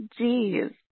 Jeez